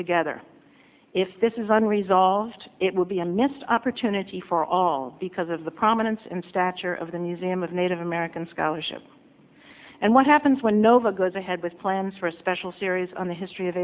together if this isn't resolved it will be a missed opportunity for all because of the prominence and stature of the museum of native american scholarship and what happens when nova goes ahead with plans for a special series on the history of